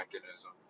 mechanism